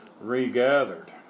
regathered